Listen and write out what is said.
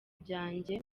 byanjye